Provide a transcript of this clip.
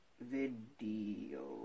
Video